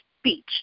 speech